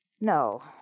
No